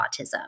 autism